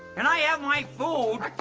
and i i have my food?